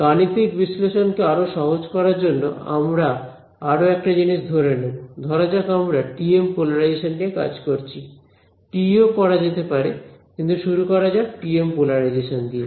গাণিতিক বিশ্লেষণ কে আরো সহজ করার জন্য আমরা আরো একটা জিনিস ধরে নেব ধরা যাক আমরা TM পোলারাইজেশন নিয়ে কাজ করছি TE ও করা যেতে পারে কিন্তু শুরু করা যাক TM পোলারাইজেশন দিয়ে